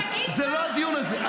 זה לא הדיון הזה,